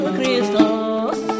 Christos